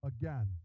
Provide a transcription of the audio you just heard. again